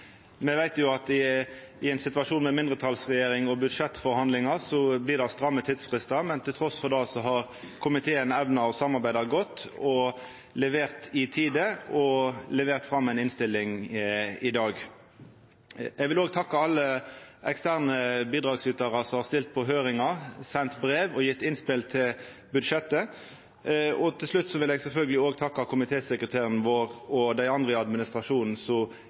Me veit jo at i ein situasjon med mindretalsregjering og budsjettforhandlingar blir det stramme tidsfristar, men trass i det har komiteen evna å samarbeida godt og levera i tide og har lagt fram ei innstilling i dag. Eg vil òg takka alle eksterne bidragsytarar som har stilt på høyringar, sendt brev og gjeve innspel til budsjettet. Til slutt vil eg sjølvsagt òg takka komitésekretæren vår og dei andre i administrasjonen